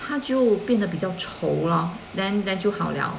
他就变得比较酬劳 then then 就好了